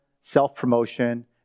self-promotion